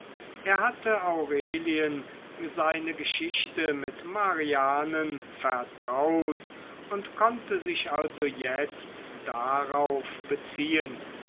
er hatte aurelien seine geschichte mit marianen vertraut und konnte sich also jetzt darauf beziehen